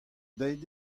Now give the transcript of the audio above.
deuet